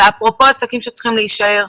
אפרופו עסקים שצריכים להישאר,